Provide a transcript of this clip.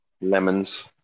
Lemons